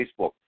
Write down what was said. Facebook